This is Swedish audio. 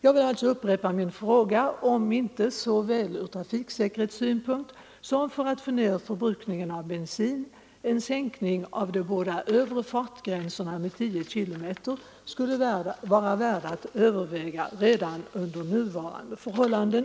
Jag vill alltså upprepa min fråga om inte, såväl ur trafiksäkerhetssynpunkt som för att få ned förbrukningen av bensin, en sänkning av de båda övre fartgränserna med 10 km/tim skulle vara värd att överväga redan under nuvarande förhållanden.